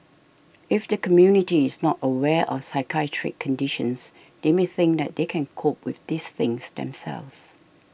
if the community is not aware of psychiatric conditions they may think that they can cope with these things themselves